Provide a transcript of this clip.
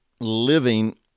living